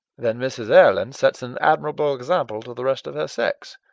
then mrs. erlynne sets an admirable example to the rest of her sex.